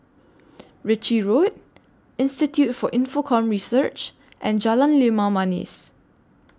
Ritchie Road Institute For Infocomm Research and Jalan Limau Manis